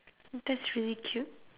that's really cute